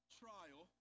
trial